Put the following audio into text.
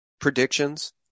predictions